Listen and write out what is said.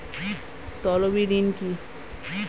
তলবি ঋন কি?